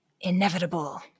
inevitable